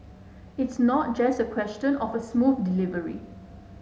it's not just a question of a smooth delivery